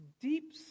deep